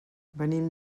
venim